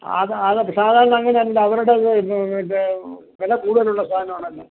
അത് അതല്ല സാധാരണ അങ്ങനെയല്ല അവരുടെ മറ്റേ വില കൂടുതൽ ഉള്ള സാധനം ആണല്ലോ